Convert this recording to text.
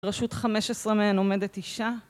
רשות 15 מהן עומדת אישה.